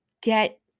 get